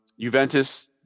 Juventus